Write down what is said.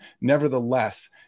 Nevertheless